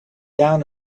down